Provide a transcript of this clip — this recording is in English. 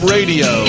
Radio